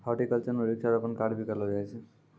horticulture म वृक्षारोपण कार्य भी करलो जाय छै